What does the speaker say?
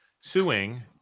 suing